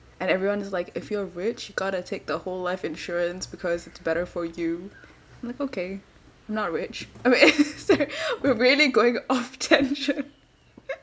and everyone is like if you are rich you got to take the whole life insurance because it's better for you I'm like okay I'm not rich it's like we're really going off tangent